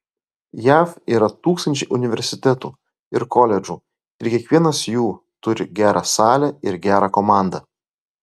jav yra tūkstančiai universitetų ir koledžų ir kiekvienas jų turi gerą salę ir gerą komandą